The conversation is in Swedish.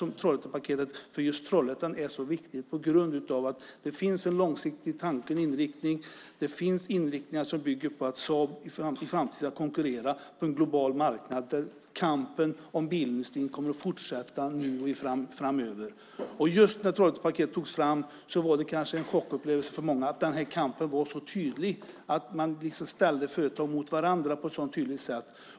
Att Trollhättepaketet är så viktigt för just Trollhättan beror på att det finns en långsiktig tanke bakom, en inriktning. Det finns en inriktning som bygger på att Saab i framtiden ska konkurrera på en global marknad där kampen om bilindustrin kommer att fortsätta. När Trollhättepaketet togs fram var det kanske en chockupplevelse för många att kampen var så tydlig, att företag så att säga ställdes mot varandra på ett så tydligt sätt.